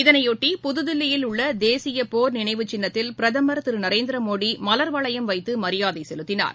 இதனைபொட்டி புதுதில்லியில் உள்ள தேசிய போர் நினைவு சின்னத்தில் பிரதமர் திரு நரேந்திரமோடி மலர்வளையம் வைத்து மரியாதை செலுத்தினார்